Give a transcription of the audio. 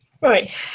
Right